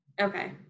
Okay